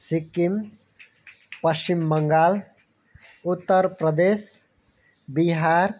Sikkim Paschim Bangal Uttar Pradesh Bihar